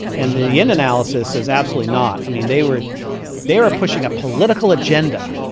and the and analysis is absolutely not. i mean, they were they are pushing a political agenda.